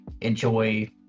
enjoy